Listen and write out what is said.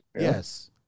Yes